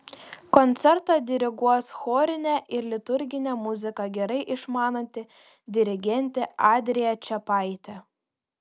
koncertą diriguos chorinę ir liturginę muziką gerai išmananti dirigentė adrija čepaitė